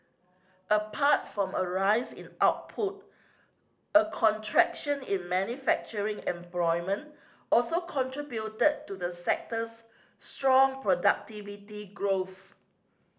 apart from a rise in output a contraction in manufacturing employment also contributed to the sector's strong productivity growth